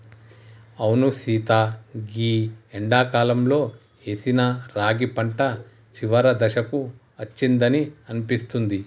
అవును సీత గీ ఎండాకాలంలో ఏసిన రాగి పంట చివరి దశకు అచ్చిందని అనిపిస్తుంది